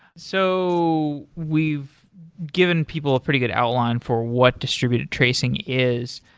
so we've given people a pretty good outline for what distributed tracing is.